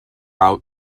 out